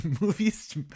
movies